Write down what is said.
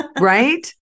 Right